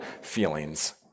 feelings